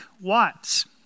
Watts